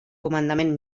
comandament